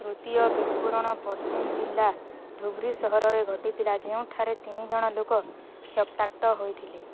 ତୃତୀୟ ବିସ୍ଫୋରଣ ପଶ୍ଚିମ୍ ଜିଲ୍ଲା ଧୁବ୍ରି ସହରରେ ଘଟିଥିଲା ଯେଉଁଠାରେ ତିନି ଜଣ ଲୋକ କ୍ଷତାକ୍ତ ହୋଇଥିଲେ